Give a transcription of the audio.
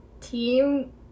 team –